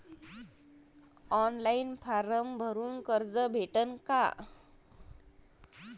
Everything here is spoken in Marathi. ऑनलाईन फारम भरून कर्ज भेटन का?